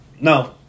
No